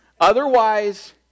Otherwise